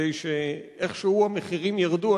כדי שאיכשהו המחירים ירדו,